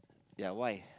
ya why